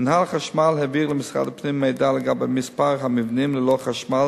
מינהל החשמל העביר למשרד הפנים מידע לגבי מספר המבנים ללא חשמל